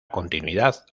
continuidad